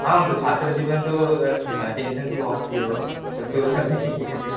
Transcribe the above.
आं तत् छात्रजीवने तु टेन्सन् तु भवति एव तत्तु सर्वैः ज्ञायते